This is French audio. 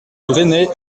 bresnay